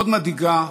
מאוד מדאיגה,